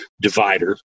divider